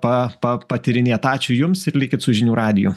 pa pa patyrinėt ačiū jums ir likit su žinių radiju